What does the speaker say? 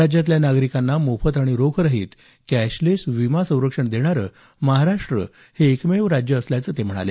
राज्यातल्या नागरिकांना मोफत आणि रोखरहित कॅशलेस विमा संरक्षण देणारं महाराष्ट्र हे एकमेव राज्य असल्याचं ते म्हणाले